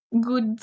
good